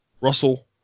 Russell